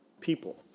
people